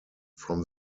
from